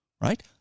right